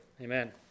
Amen